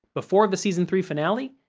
before the season three finale,